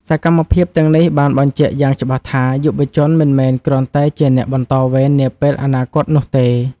សកម្មភាពទាំងនេះបានបញ្ជាក់យ៉ាងច្បាស់ថា យុវជនមិនមែនគ្រាន់តែជាអ្នកបន្តវេននាពេលអនាគតនោះទេ។